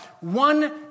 one